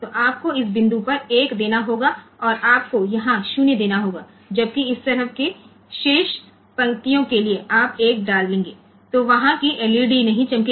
तो आपको इस बिंदु पर 1 देना होगा और आपको यहां 0 देना होगा जबकि इस तरफ की शेष पंक्तियों के लिएआप 1 डालेंगे तो वहाँ कि एलईडी नहीं चमकेगी